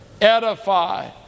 edify